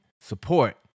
support